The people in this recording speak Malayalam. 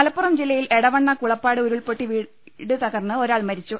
മലപ്പുറം ജില്ലയിൽ എടവണ്ണ കുളപ്പാട് ഉരുൾപൊട്ടി വീട് തകർന്ന് ഒരാൾ മരിച്ചു